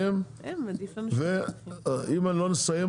"ביותר" ו"בלתי הפיכה".